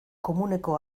komuneko